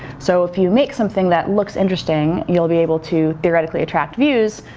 so if you make something that looks interesting you'll be able to theoretically attract views,